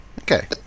Okay